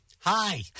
Hi